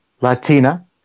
Latina